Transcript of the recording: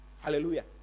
Hallelujah